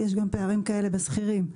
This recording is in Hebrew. ויש פערים כאלה גם אצל השכירים.